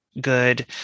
good